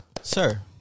Sir